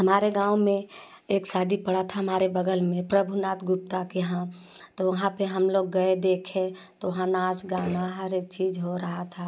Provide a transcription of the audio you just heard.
हमारे गाँव में एक शादी पड़ा था बगल में प्रभु नाथ गुप्ता के यहाँ तो वहाँ पर हम लोग गए देखे तो वहाँ नाच गाना हरेक चीज़ हो रहा था